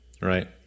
Right